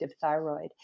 thyroid